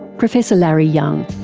professor larry young.